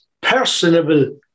personable